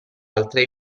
altre